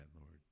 Lord